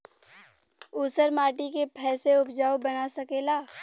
ऊसर माटी के फैसे उपजाऊ बना सकेला जा?